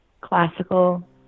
classical